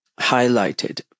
highlighted